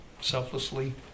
selflessly